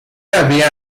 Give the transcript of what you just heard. había